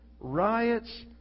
riots